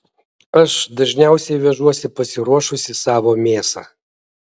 aš dažniausiai vežuosi pasiruošusi savo mėsą